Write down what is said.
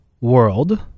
world